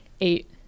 eight